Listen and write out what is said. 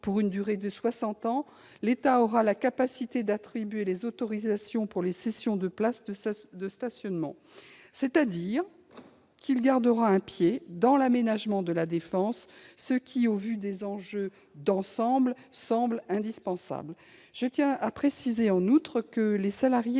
pour une durée de soixante ans, l'État aura la capacité d'attribuer les autorisations pour les cessions de places de stationnement. Cela signifie qu'il gardera un pied dans l'aménagement de La Défense, ce qui semble indispensable au vu des enjeux. Je tiens à préciser, en outre, que les salariés